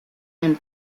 and